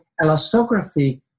elastography